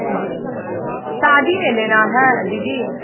जी शादी में लेना है दीदी